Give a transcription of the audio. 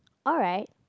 alright